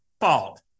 fault